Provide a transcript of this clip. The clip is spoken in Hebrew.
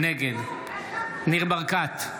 נגד ניר ברקת,